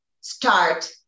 start